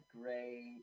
great